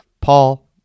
Paul